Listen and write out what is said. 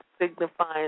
signifying